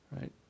Right